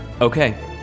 Okay